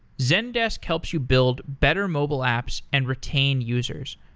zendesk helps you build better mobile apps and retain users.